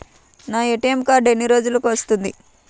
నా ATM card ఎన్ని రోజులకు వస్తుంది?